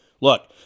Look